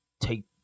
take